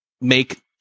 make